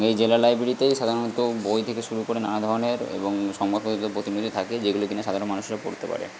এই জেলা লাইব্রেরিতেই সাধারণত বই থেকে শুরু করে নানা ধরনের এবং সংবাদ থাকে যেগুলো কিনা সাধারণ মানুষেরা পড়তে পারে